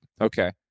Okay